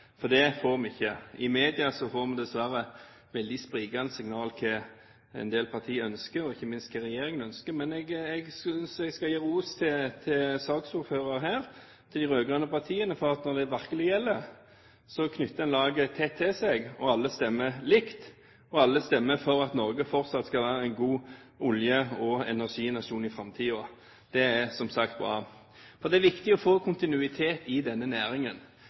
Det får vi ikke. I media er det dessverre veldig sprikende signal om hva en del partier ønsker, og ikke minst hva regjeringen ønsker. Men jeg skal gi ros til saksordføreren og til de rød-grønne partiene for at når det virkelig gjelder, knytter man laget tett til seg og alle stemmer likt, og alle stemmer for at Norge fortsatt skal være en god olje- og energinasjon i framtiden. Det er som sagt bra. Det er viktig å få kontinuitet i denne næringen.